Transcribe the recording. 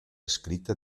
escrita